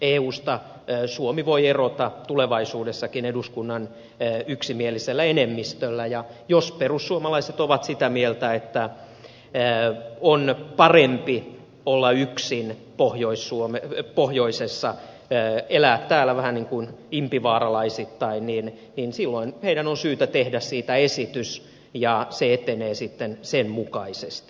eusta suomi voi erota tulevaisuudessakin eduskunnan yksimielisellä enemmistöllä ja jos perussuomalaiset ovat sitä mieltä että on parempi olla yksin pohjoisessa elää täällä vähän niin kuin impivaaralaisittain niin silloin heidän on syytä tehdä siitä esitys ja se etenee sitten sen mukaisesti